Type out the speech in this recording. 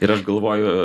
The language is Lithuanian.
ir aš galvoju